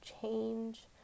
change